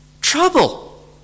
trouble